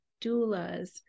doulas